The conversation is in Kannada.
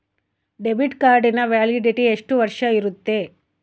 ಡೆಬಿಟ್ ಕಾರ್ಡಿನ ವ್ಯಾಲಿಡಿಟಿ ಎಷ್ಟು ವರ್ಷ ಇರುತ್ತೆ?